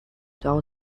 town